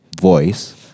voice